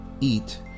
eat